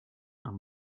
and